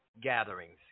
gatherings